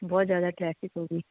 ਬਹੁਤ ਜ਼ਿਆਦਾ ਟਰੈਫਿਕ ਹੋ ਗਈ